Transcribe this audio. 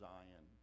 Zion